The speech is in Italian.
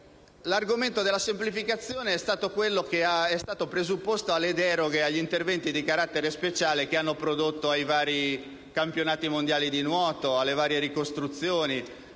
l'argomento della semplificazione è stato il presupposto alle deroghe e agli interventi di carattere speciale che hanno prodotto i vari campionati mondiali di nuoto, le varie ricostruzioni,